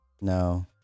no